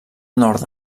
nord